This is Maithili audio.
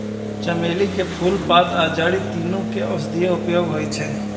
चमेली के फूल, पात आ जड़ि, तीनू के औषधीय उपयोग होइ छै